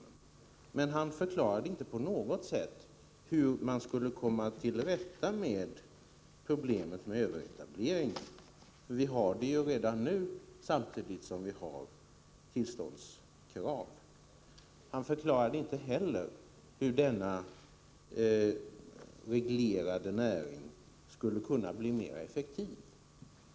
Men Olle Östrand förklarade inte på något sätt hur man skulle kunna komma till rätta med överetableringsproblemet, som vi ju redan nu har samtidigt som det finns tillståndskrav. Han förklarade inte heller hur denna reglerade näring skulle kunna bli mera effektiv.